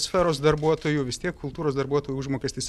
sferos darbuotojų vis tiek kultūros darbuotojų užmokestis